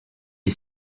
est